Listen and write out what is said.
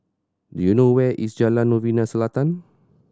do you know where is Jalan Novena Selatan